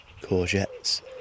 courgettes